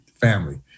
family